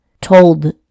told